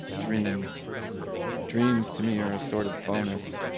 dreams dreams to me are a sort of bonus.